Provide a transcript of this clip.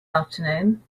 afternoon